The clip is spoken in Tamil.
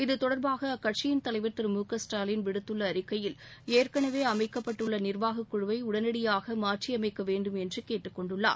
இது தொடர்பாக அக்கட்சியின் தலைவர் திரு மு க ஸ்டாலின் விடுத்துள்ள அறிக்கையில் ஏற்களவே அமைக்கப்பட்டுள்ள நிர்வாகக்குழுவை உடனடியாக மாற்றியமைக்க வேண்டும் என்று கேட்டுக்கொண்டுள்ளார்